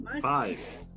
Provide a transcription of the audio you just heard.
five